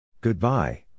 Goodbye